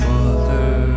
Mother